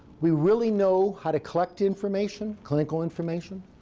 we really know how to collect information clinical information.